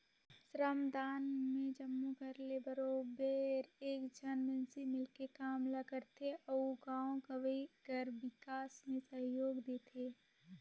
श्रमदान में जम्मो घर ले बरोबेर एक झन मइनसे मिलके काम ल करथे अउ गाँव गंवई कर बिकास में सहयोग देथे